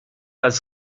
als